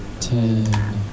ten